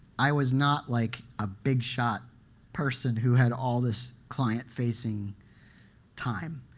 i was not like a big shot person who had all this client facing time.